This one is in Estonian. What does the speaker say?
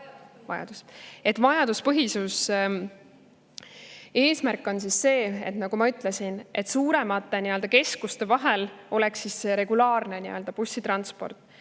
Vajaduspõhisuse eesmärk on see, nagu ma ütlesin, et suuremate keskuste vahel oleks regulaarne bussitransport.